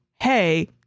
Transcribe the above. hey